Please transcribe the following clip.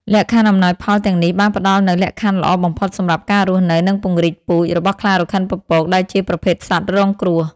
លក្ខខណ្ឌអំណោយផលទាំងនេះបានផ្តល់នូវ លក្ខខណ្ឌល្អបំផុតសម្រាប់ការរស់នៅ និងពង្រីកពូជ របស់ខ្លារខិនពពក ដែលជាប្រភេទសត្វរងគ្រោះ។